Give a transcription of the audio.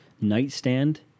nightstand